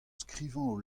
skrivañ